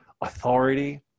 authority